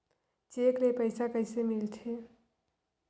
Cheque ले पईसा कइसे मिलथे?